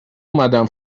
اومدم